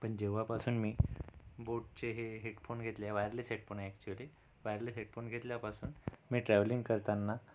पण जेव्हापासून मी बोटचे हे हेडफोन घेतले wireless headphone actually wireless headphone घेतल्यापासून मी ट्रॅव्हलिंग करताना